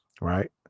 Right